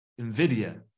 NVIDIA